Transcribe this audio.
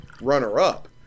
runner-up